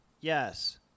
Yes